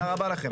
תודה רבה לכם.